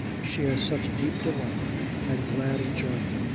she has such deep delight and glad enjoyment.